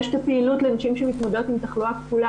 יש את הפעילות לנשים שמתמודדות עם תחלואה כפולה